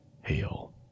hail